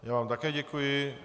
Já vám taky děkuji.